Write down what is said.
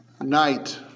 night